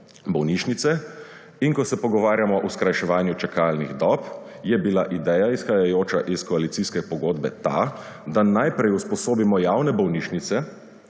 bolnišnice in ko se pogovarjamo o skrajševanju čakalnih dob, je bila ideja izhajajoča iz koalicijske pogodbe ta, da najprej usposobimo javne bolnišnice,